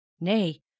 nay